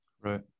Right